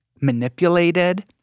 manipulated